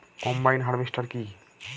Combine harvester কি?